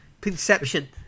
Perception